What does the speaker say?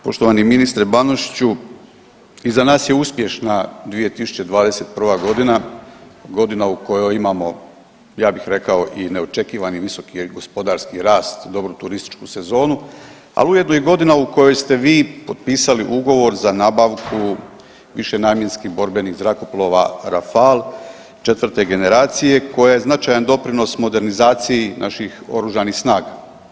Poštovani ministre Banožiću, iza nas je uspješna 2021.g., godina u kojoj imamo ja bih rekao i neočekivani visoki gospodarski rast i dobru turističku sezonu, al ujedno i godina u kojoj ste vi potpisali ugovor za nabavku višenamjenskih borbenih zrakoplava Rafal 4. generacije koja je značajan doprinos modernizaciji naših oružanih snaga.